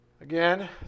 Again